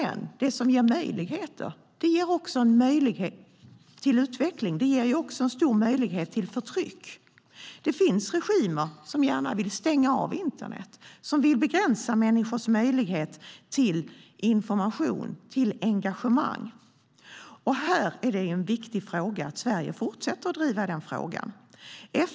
Men det som ger möjligheter till utveckling ger också stora möjligheter till förtryck. Det finns regimer som gärna vill stänga av internet och som vill begränsa människors möjligheter till information och engagemang. Det är viktigt att Sverige fortsätter att driva den frågan.